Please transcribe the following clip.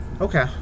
okay